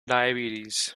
diabetes